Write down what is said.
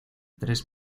tres